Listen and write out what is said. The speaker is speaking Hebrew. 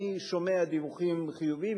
אני שומע דיווחים חיוביים.